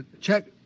Check